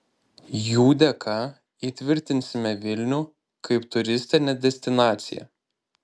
jų dėka įtvirtinsime vilnių kaip turistinę destinaciją